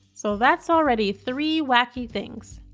so that's already three wacky things.